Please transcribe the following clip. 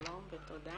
שלום ותודה